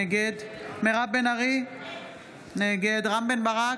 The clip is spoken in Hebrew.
נגד מירב בן ארי, נגד רם בן ברק,